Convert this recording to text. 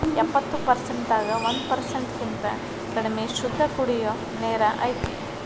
ಎಪ್ಪತ್ತು ಪರಸೆಂಟ್ ದಾಗ ಒಂದ ಪರಸೆಂಟ್ ಕಿಂತ ಕಡಮಿ ಶುದ್ದ ಕುಡಿಯು ನೇರ ಐತಿ